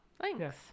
thanks